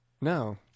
No